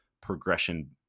progression